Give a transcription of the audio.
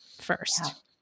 first